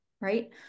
Right